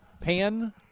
Pan